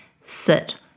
sit